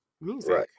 music